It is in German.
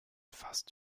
fast